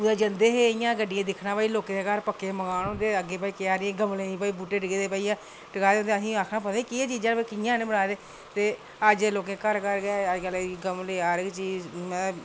कुदै जंदे हे ते गड्डियै दिक्खना भाई लोकें दे घर पक्के मकान होंदे भई क्यारी गमलें दी ते अग्गें बूह्टे टिके दे टकाए दे असें दिक्खना ते पता निं केह् चीज़ां न कि'यां बनाए दे ते अज्ज ते लोकें घर घर गै गमले हर इक्क चीज़